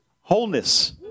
Wholeness